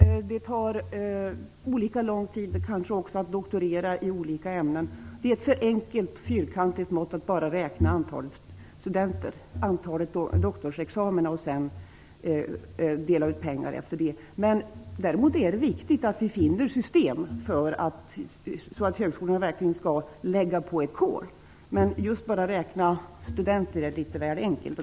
Det tar kanske också olika lång tid att doktorera i olika ämnen. Det är ett för enkelt fyrkantigt mått att bara räkna antalet doktorsexamina för att sedan dela ut pengar efter detta. Däremot är det viktigt att finna system för att högskolorna verkligen skall lägga på ett kol. Men att just bara räkna antalet studenter är litet väl enkelt.